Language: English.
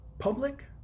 public